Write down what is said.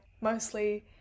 mostly